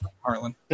Harlan